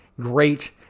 Great